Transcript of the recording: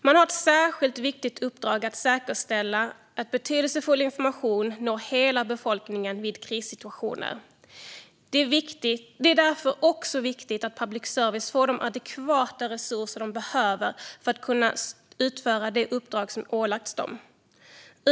Man har ett särskilt viktigt uppdrag att säkerställa att betydelsefull information når hela befolkningen vid krissituationer. Det är därför också viktigt att public service får de resurser man behöver för att kunna utföra det uppdrag som ålagts public service.